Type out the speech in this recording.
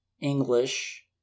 English